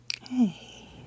Hey